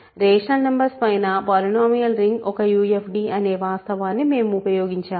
rational numbers పైన polynomial ring ఒక UFD అనే వాస్తవాన్ని మేము ఉపయోగించాము